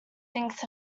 thinks